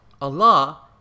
allah